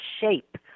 shape